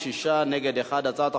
התשע"ב